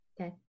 Okay